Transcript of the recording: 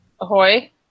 ahoy